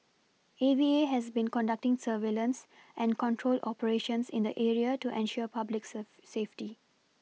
A V A has been conducting surveillance and control operations in the area to ensure public serve safety